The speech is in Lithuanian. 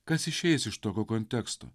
kas išeis iš tokio konteksto